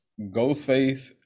Ghostface